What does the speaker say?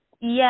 Yes